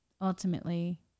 ultimately